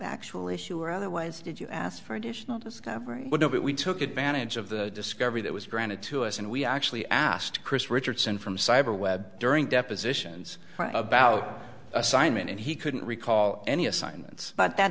factual issue or otherwise did you ask for additional discovery would have it we took advantage of the discovery that was granted to us and we actually asked chris richardson from cyber webb during depositions about assignment and he couldn't recall any assignments but that